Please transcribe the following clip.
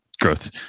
growth